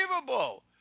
Unbelievable